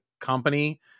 company